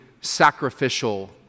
sacrificial